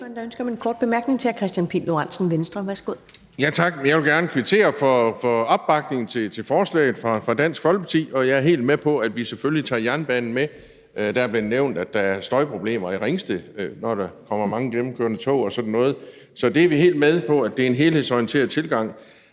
er ønske om en kort bemærkning fra hr. Kristian Pihl Lorentzen, Venstre. Værsgo. Kl. 15:41 Kristian Pihl Lorentzen (V): Tak. Jeg vil gerne kvittere for opbakningen til forslaget fra Dansk Folkepartis side. Og jeg er helt med på, at vi selvfølgelig tager jernbanen med. Der er blevet nævnt, at der er støjproblemer i Ringsted, når der kommer mange gennemkørende tog og sådan noget, så det er vi helt med på, i forhold til at det er en helhedsorienteret tilgang.